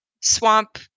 swamp